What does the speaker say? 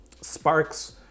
sparks